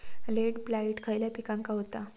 Late blight खयले पिकांका होता?